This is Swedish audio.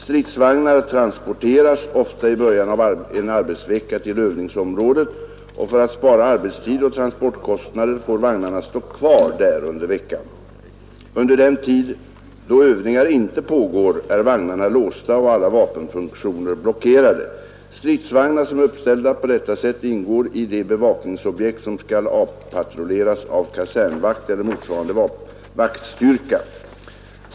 Stridsvagnar transporteras ofta i början av en arbetsvecka till övningsområdet, och för att spara arbetstid och transportkostnader får vagnarna stå kvar där under veckan. Under den tid då övningar inte pågår är vagnarna låsta och alla vapenfunktioner blockerade. Stridsvagnar som är uppställda på detta sätt ingår i de bevakningsobjekt som skall avpatrulleras av kasernvakt eller motsvarande vaktstyrka.